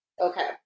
Okay